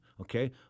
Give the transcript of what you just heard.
okay